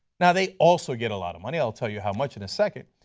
and they also get a lot of money, i will tell you how much and a second.